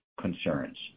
concerns